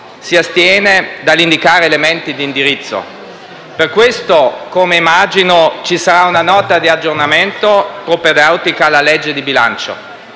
si astiene dall'indicare elementi di indirizzo e per questo, come immagino, ci sarà una Nota di aggiornamento propedeutica alla legge di bilancio.